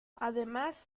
además